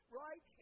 right